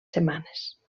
setmanes